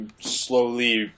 slowly